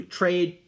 trade